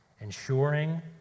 ensuring